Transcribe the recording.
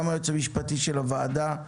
היועץ המשפטי של הוועדה גם